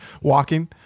walking